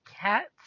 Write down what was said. cats